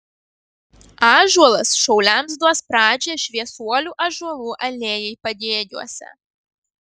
ąžuolas šauliams duos pradžią šviesuolių ąžuolų alėjai pagėgiuose